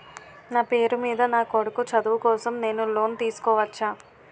నా పేరు మీద నా కొడుకు చదువు కోసం నేను లోన్ తీసుకోవచ్చా?